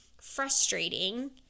frustrating